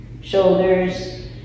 shoulders